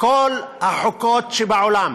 כל החוקות שבעולם